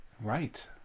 Right